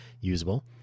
usable